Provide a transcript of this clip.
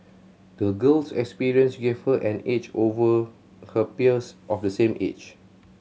the girl's experience gave her an edge over her peers of the same age